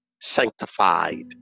sanctified